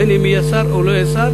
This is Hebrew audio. בין אם יהיה שר או לא יהיה שר,